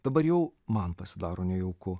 dabar jau man pasidaro nejauku